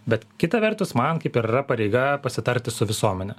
bet kita vertus man kaip ir yra pareiga pasitarti su visuomene